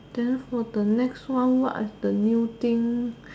then for the next one what is the new thing